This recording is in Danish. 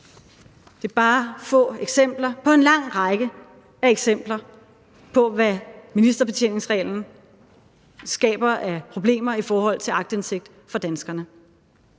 Det er bare få af en lang række af eksempler på, hvad ministerbetjeningsreglen skaber af problemer i forhold til aktindsigt for danskerne.